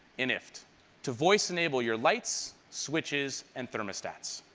and ifttt to voice enable your lights, switches, and thermostats.